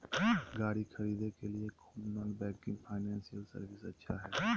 गाड़ी खरीदे के लिए कौन नॉन बैंकिंग फाइनेंशियल सर्विसेज अच्छा है?